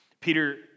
Peter